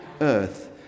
earth